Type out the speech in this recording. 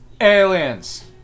Aliens